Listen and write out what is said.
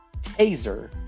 taser